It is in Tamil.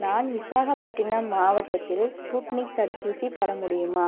நான் விசாகப்பட்டினம் மாவட்டத்தில் ஸ்புட்னிக் தடுப்பூசி பெற முடியுமா